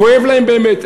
כואב להם באמת,